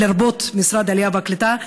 לרבות משרד העלייה והקליטה,